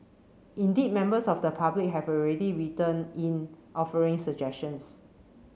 indeed members of the public have already written in offering suggestions